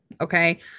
Okay